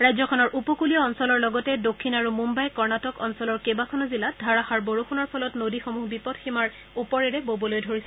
ৰাজ্যখনৰ উপকুলীয় অঞ্চলৰ লগতে দক্ষিণ আৰু মুম্বাই কৰ্ণাটক অঞ্চলৰ কেবাখনো জিলাত ধাৰাষাৰ বৰষুণৰ ফলত নদীসমূহ বিপদ সীমাৰ ওপৰেৰে ববলৈ ধৰিছে